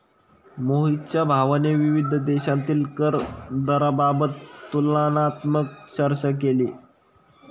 मोहितच्या भावाने विविध देशांतील कर दराबाबत तुलनात्मक चर्चा केली